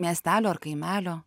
miestelio ar kaimelio